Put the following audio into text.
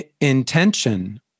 intention